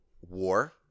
war